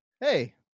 Hey